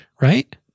right